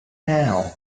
now